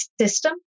system